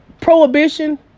prohibition